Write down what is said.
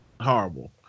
Horrible